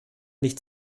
nicht